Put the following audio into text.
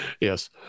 yes